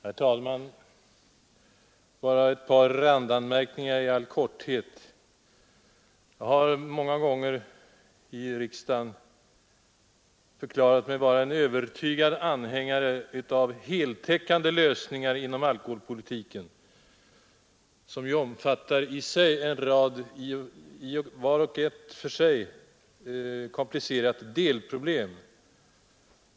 Herr talman! Bara ett par randanmärkningar i all korthet. Jag har många gånger i riksdagen förklarat mig vara en övertygad anhängare av heltäckande lösningar inom alkoholpolitiken, som ju omfattar en rad komplicerade delproblem.